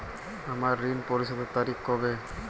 আমার ঋণ পরিশোধের তারিখ কবে?